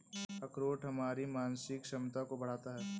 अखरोट हमारी मानसिक क्षमता को बढ़ाता है